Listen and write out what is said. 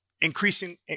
increasing